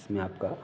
इसमें आपका